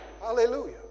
Hallelujah